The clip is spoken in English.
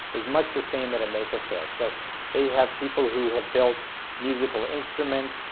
it's much the same at a maker faire. so they have people who have built musical instruments.